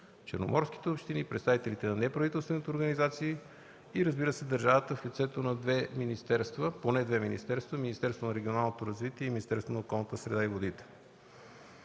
Черноморските общини, представителите на неправителствените организации и държавата, в лицето на поне две министерства – Министерството на регионалното развитие и Министерството на околната среда и водите.